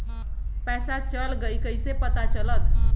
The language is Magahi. पैसा चल गयी कैसे पता चलत?